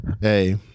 hey